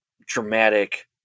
dramatic